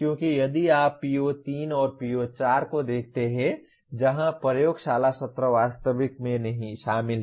क्योंकि यदि आप PO3 और PO4 को देखते हैं जहां प्रयोगशाला सत्र वास्तव में शामिल हैं